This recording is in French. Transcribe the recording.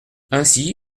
ainsi